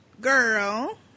girl